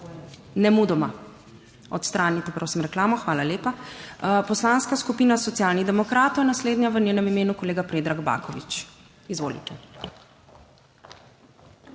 Nemudoma odstranite, prosim, reklamo! Hvala lepa. Poslanska skupina Socialnih demokratov je naslednja, v njenem imenu kolega Predrag Baković, izvolite.